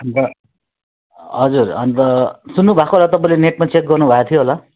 अनि त हजुर अनि त सुन्नुभएको होला तपाईँले नेटमा चेक गर्नुभएको थियो होला